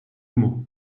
mot